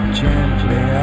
gently